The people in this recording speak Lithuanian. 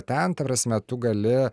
ten ta prasme tu gali